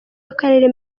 w’akarere